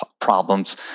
problems